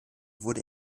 wurde